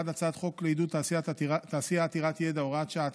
הצעת חוק לעידוד תעשייה עתירת ידע (הוראת שעה),